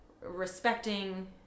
respecting